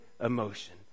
emotion